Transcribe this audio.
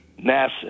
NASA